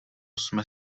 jsme